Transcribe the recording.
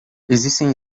existem